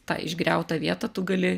tą išgriautą vietą tu gali